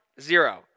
Zero